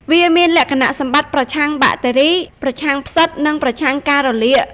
វាមានលក្ខណៈសម្បត្តិប្រឆាំងបាក់តេរី ប្រឆាំងផ្សិត និងប្រឆាំងការរលាក។